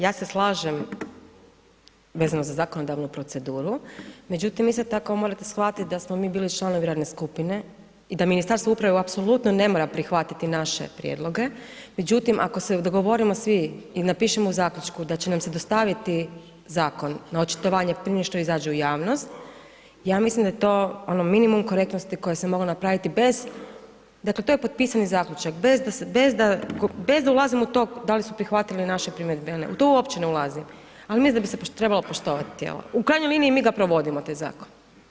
Ja se slažem vezano za zakonodavnu proceduru, međutim, vi isto tako morate shvatit da smo mi bili članovi radne skupine i da Ministarstvo uprave apsolutno ne mora prihvatiti naše prijedloge, međutim, ako se dogovorimo svi i napišemo u zaključku da će nam se dostaviti zakon na očitovanje prije nego što izađe u javnost, ja mislim da je to ono minimum korektnosti koje se mogu napraviti bez, dakle, to je potpisani zaključak, bez da ulazimo u to da li su prihvatili naše primjedbe ili ne, u to uopće ne ulazim, ali mislim da bi se trebalo poštovat tijela, u krajnjoj liniji mi ga provodimo taj zakon.